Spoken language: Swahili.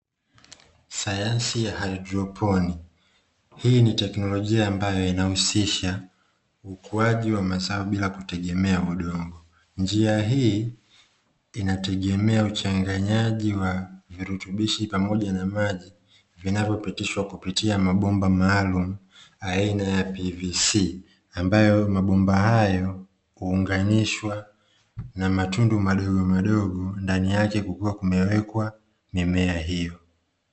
Sayansi ya haidroponic, hii ni teknolojia ambayo inayohusisha ukuaji wa mazao bila kutegemea udongo, njia hii inategemea uchanganyaji wa vilutubishi pamoja na maji vinavyopitishwa kupitia mabomba maalumu aina ya pvc, ambayo mabomba hayo huunganishwa na matundu madogo madogo ndaniyake kukiwa kumewekwa mimea hiyo.